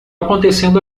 acontecendo